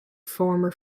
former